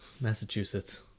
Massachusetts